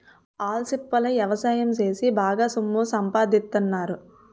ఆల్చిప్పల ఎవసాయం సేసి బాగా సొమ్ము సంపాదిత్తన్నారు